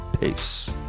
Peace